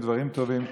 דברים טובים.